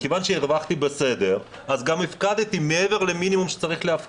מכיוון שהרווחתי בסדר אז גם הפקדתי מעבר למינימום שצריך להפקיד.